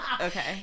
okay